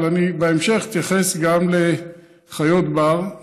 אבל בהמשך אני אתייחס גם לחיות בר,